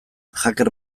hacker